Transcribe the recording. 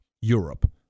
Europe